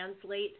translate